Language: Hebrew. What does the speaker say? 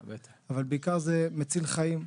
אבל זה בעיקר מציל חיים.